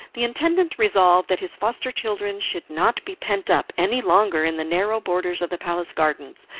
the intendant resolved that his foster children should not be pent up any longer in the narrow borders of the palace gardens,